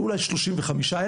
אולי 35 אלף,